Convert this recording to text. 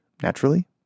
Naturally